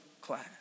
class